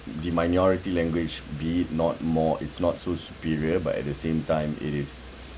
the minority language be it not more it's not so superior but at the same time it is